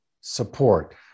support